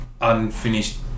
unfinished